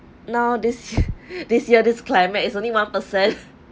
now this this year this climate it's only one per cent